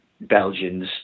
Belgians